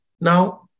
Now